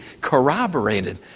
corroborated